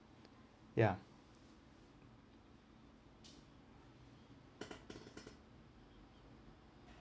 ya